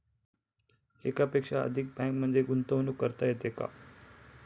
एकापेक्षा अधिक बँकांमध्ये गुंतवणूक करता येते का?